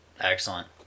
Excellent